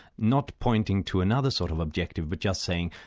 not pointing to another sort of objective but just saying,